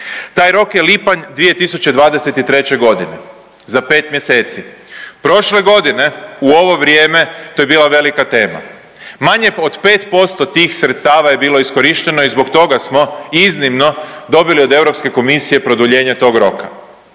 taj rok je lipanj 2023.g. za pet mjeseci. Prošle godine u ovo vrijeme to je bila velika tema, manje od 5% tih sredstava je bilo iskorišteno i zbog toga smo iznimno dobili od Europske komisije produljenje tog roka.